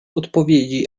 odpowiedzi